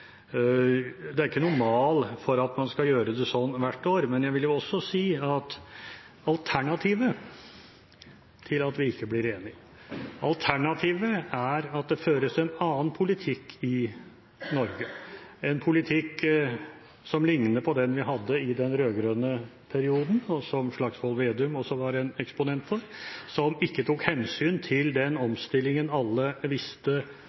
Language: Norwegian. Det er ikke noen mal for at man skal gjøre det sånn hvert år. Men jeg vil også si at alternativet til at vi ikke blir enig, er at det føres en annen politikk i Norge – en politikk som likner på den vi hadde i den rød-grønne perioden, og som Slagsvold Vedum også var en eksponent for, som ikke tok hensyn til den omstillingen alle visste